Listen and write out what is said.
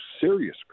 serious